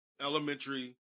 elementary